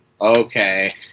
okay